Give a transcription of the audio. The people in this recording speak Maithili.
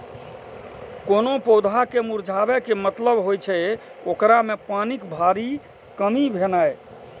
कोनो पौधा के मुरझाबै के मतलब होइ छै, ओकरा मे पानिक भारी कमी भेनाइ